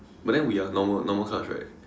but then we are normal normal class right